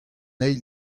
eil